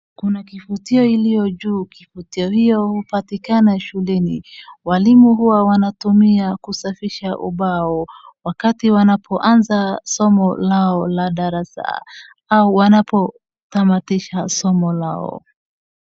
Kuna kifutio iliyo juu, kifutio hiyo hupatikana shuleni, walimu huwa wanatumia kusafisha ubao wakati wanapoanza somo lao la darasa au wanapotamatisha somo lao.